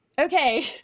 Okay